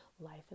Life